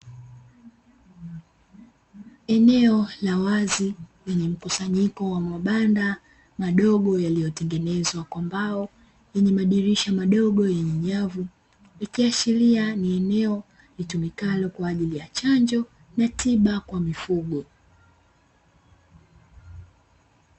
Eneo la wazi lenye mkusanyiko wa mabanda madogo yaliyotengenezwa kwa mbao, lenye madirisha madogo yenye nyavu, ikiashiria ni eneo litumikalo kwa ajili ya chanjo na tiba kwa mifugo.